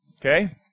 Okay